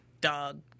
dog